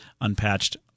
unpatched